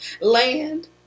land